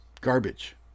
garbage